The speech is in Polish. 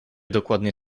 dokładnie